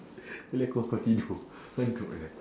sekali aku ngan kau tidur